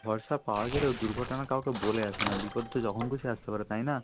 ভরসা পাওয়া গেলেও দুর্ঘটনা কাউকে বলে আসে না বিপদ তো যখন খুশি আসতে পারে তাই না